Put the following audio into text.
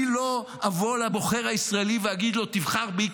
אני לא אבוא לבוחר הישראלי ואגיד לו: תבחר בי,